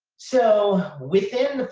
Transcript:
so within,